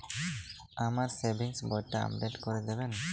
আমার সেভিংস বইটা আপডেট করে দেবেন?